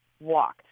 walk